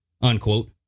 unquote